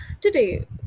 Today